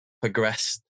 progressed